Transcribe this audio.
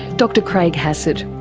dr craig hassad.